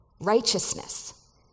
Righteousness